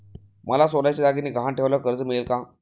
मला सोन्याचे दागिने गहाण ठेवल्यावर कर्ज मिळेल का?